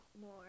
more